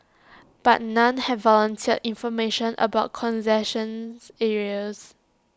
but none have volunteered information about concessions areas